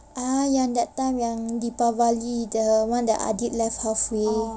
ah ya that time yang deepavali that one that adit left halfway